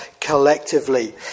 collectively